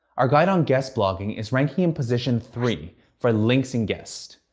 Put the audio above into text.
our guide on guest blogging is ranking in position three for links and guest.